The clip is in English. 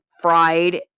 fried